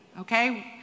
okay